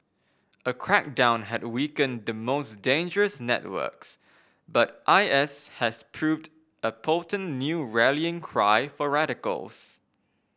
a crackdown had weakened the most dangerous networks but I S has proved a potent new rallying cry for radicals